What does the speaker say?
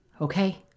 okay